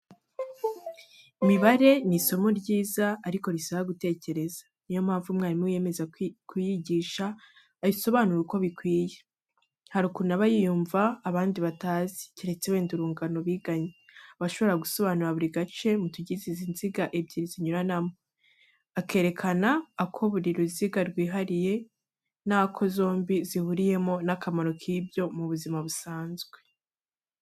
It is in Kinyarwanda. Imibare ni isomo ryiza ariko risaba gutekereza, ni yo mpamvu umwarimu wiyemeza kuyigisha ayisobanura uko bikwiye, hari ukuntu aba yiyumva abandi batazi, keretse wenda urungano biganye; aba ashobora gusobanura buri gace mu tugize izi nziga ebyiri zinyuranamo, akerekana ako buri ruziga rwihariye n'ako zombi zihuriyeho n'akamaro k'ibyo mu buzima busanzwe.